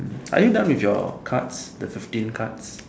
are you done with your cards the fifteen cards